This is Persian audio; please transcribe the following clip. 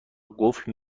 قفل